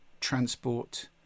transport